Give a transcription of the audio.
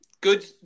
good